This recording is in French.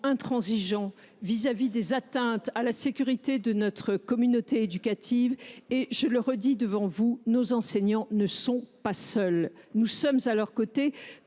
intransigeants vis à vis des atteintes à la sécurité de notre communauté éducative. Je le redis devant vous : nos enseignants ne sont pas seuls. Nous sommes à leurs côtés,